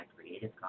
Creative